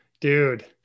Dude